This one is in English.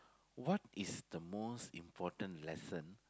what is the most important lesson